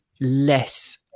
less